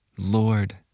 Lord